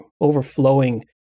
overflowing